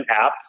apps